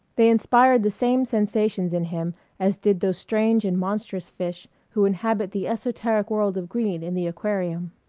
they inspired the same sensations in him as did those strange and monstrous fish who inhabit the esoteric world of green in the aquarium.